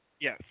Yes